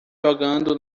jogando